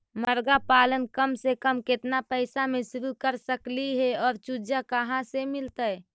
मरगा पालन कम से कम केतना पैसा में शुरू कर सकली हे और चुजा कहा से मिलतै?